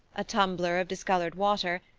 a tumbler of discolored water,